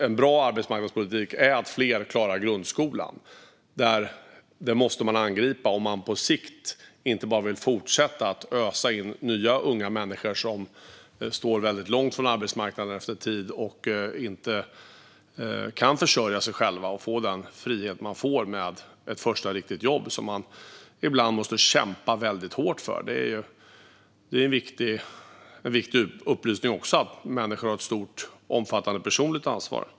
En bra arbetsmarknadspolitik är att fler klarar grundskolan, och detta måste vi angripa om man på sikt inte bara vill fortsätta att ösa in nya unga människor som står långt från arbetsmarknaden och inte kan försörja sig själva och få den frihet man får med ett första jobb, som man ibland måste kämpa väldigt hårt för. Det är också en viktig upplysning att människor har ett stort personligt ansvar.